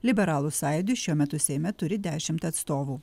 liberalų sąjūdis šiuo metu seime turi dešimt atstovų